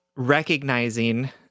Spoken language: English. recognizing